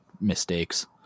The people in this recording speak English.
mistakes